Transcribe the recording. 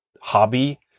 hobby